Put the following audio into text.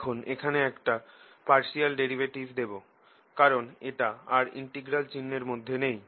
এখন এখানে একটা পার্শিয়াল ডেরিভেটিভ দেবো কারণ এটা আর ইনটিগ্রাল চিহ্নর মধ্যে নেই